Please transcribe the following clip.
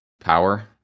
Power